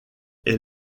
est